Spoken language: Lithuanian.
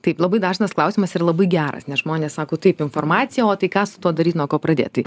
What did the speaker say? taip labai dažnas klausimas ir labai geras nes žmonės sako taip informacija o tai ką su tuo daryt nuo ko pradėt tai